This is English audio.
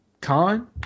con